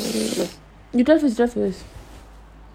you start first you start first